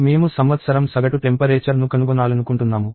మేము సంవత్సరం సగటు టెంపరేచర్ ను కనుగొనాలనుకుంటున్నాము